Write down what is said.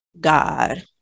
God